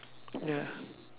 ya